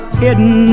hidden